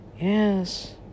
Yes